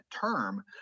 term